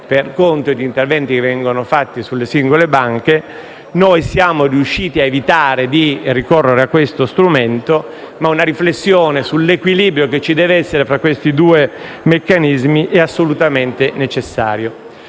per interventi fatti sulle singole banche. Noi siamo riusciti ad evitare di ricorrere a questo strumento, ma una riflessione sull'equilibrio che ci deve essere fra questi due meccanismi è assolutamente necessaria.